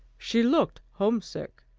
she looked homesick.